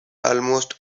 almost